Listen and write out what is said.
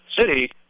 City